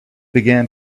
began